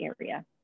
area